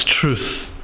truth